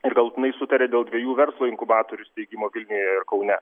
ir galutinai sutarė dėl dviejų verslo inkubatorių steigimo vilniuje ir kaune